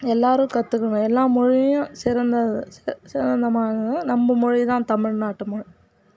எல்லாரும் கற்றுக்குங்க எல்லா மொழியும் சிறந்தது சிற சிறந்தமானது நம்ப மொழி தான் தமிழ்நாட்டு மொழி